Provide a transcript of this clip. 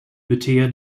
beter